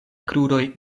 kruroj